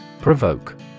Provoke